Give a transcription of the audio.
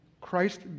Christ